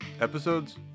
episodes